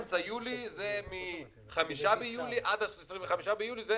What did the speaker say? אמצע יולי זה מ-5 ביולי עד 25 ביולי.